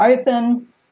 open